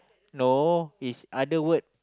no is other word